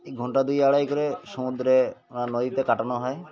এই ঘণ্টা দুই আড়াই করে সমুদ্রে ও নদীতে কাটানো হয়